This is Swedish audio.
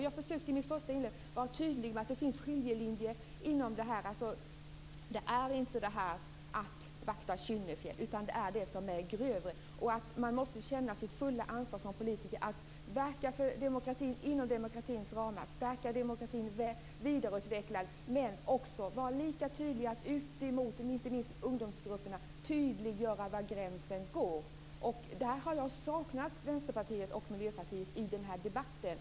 Jag försökte i mitt första inlägg vara tydlig med att det finns skiljelinjer här. Det är inte fråga om detta att man vaktar Kynnefjäll, utan det gäller grövre saker. Man måste som politiker känna sitt fulla ansvar att verka för demokratin inom demokratins ramar, stärka och vidareutveckla demokratin men också att inte minst för ungdomsgrupperna tydliggöra var gränsen går. Jag har saknat Vänsterpartiet och Miljöpartiet i den debatten.